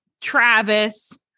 travis